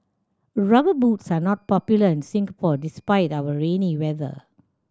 Rubber Boots are not popular in Singapore despite our rainy weather